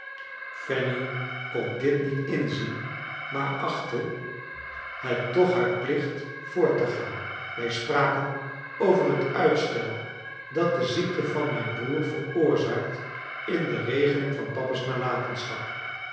fanny kon dit niet inzien maar achtte het toch haar plicht voort te gaan wij spraken over het uitstel dat de ziekte van mijn broer veroorzaakt in de regeling van papa's nalatenschap